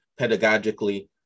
Pedagogically